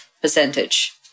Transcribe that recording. percentage